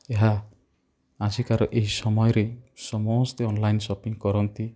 ଏହା ଆଜିକାର ଏହି ସମୟରେ ସମସ୍ତେ ଅନଲାଇନ୍ ସପିଙ୍ଗ୍ କରନ୍ତି